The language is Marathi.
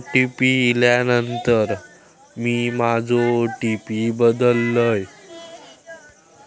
ओ.टी.पी इल्यानंतर मी माझो ओ.टी.पी बदललय